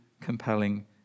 compelling